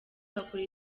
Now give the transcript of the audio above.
bakora